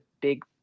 big